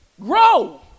Grow